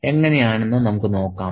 എങ്ങനെയെന്ന് നമുക്ക് നോക്കാം